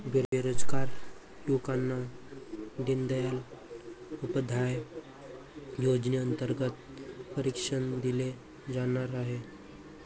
बेरोजगार युवकांना दीनदयाल उपाध्याय योजनेअंतर्गत प्रशिक्षण दिले जाणार आहे